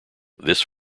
this